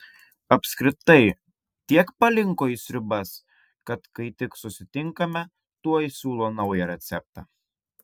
apskritai tiek palinko į sriubas kad kai tik susitinkame tuoj siūlo naują receptą